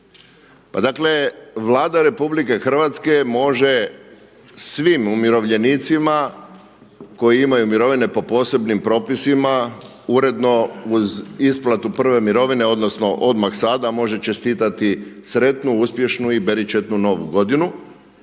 dakle, Vlada Republike Hrvatske može svim umirovljenicima koji imaju mirovine po posebnim propisima uredno uz isplatu prve mirovine odnosno odmah sada, može čestitati sretnu, uspješnu i beričetnu novu godinu,